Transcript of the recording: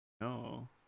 No